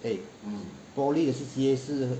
eh poly 的 C_C_A 是